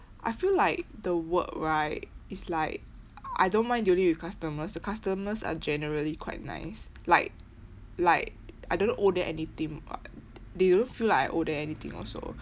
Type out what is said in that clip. I feel like the work right is like I don't mind dealing with customers the customers are generally quite nice like like I don't owe them anything [what] they don't feel like I owe them anything also